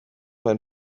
ein